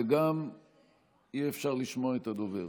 וגם אי-אפשר לשמוע את הדובר.